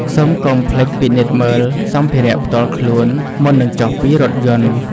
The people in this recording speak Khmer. សូមកុំភ្លេចពិនិត្យមើលសម្ភារៈផ្ទាល់ខ្លួនមុននឹងចុះពីរថយន្ត។